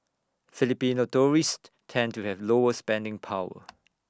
Filipino tourists tend to have lower spending power